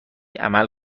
عمل